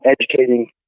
educating